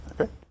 Okay